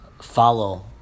follow